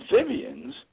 amphibians